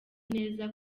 neza